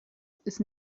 ist